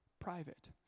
private